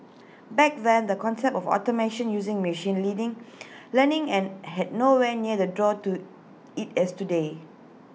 back then the concept of automation using machine leading learning and had nowhere near the draw to IT as today